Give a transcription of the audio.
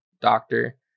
doctor